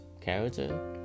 character